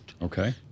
Okay